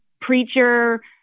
preacher